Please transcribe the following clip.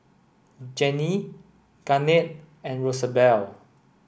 Jenni Garnett and Rosabelle